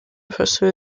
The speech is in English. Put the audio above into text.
pursue